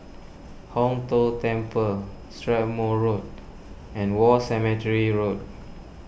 Hong Tho Temple Strathmore Road and War Cemetery Road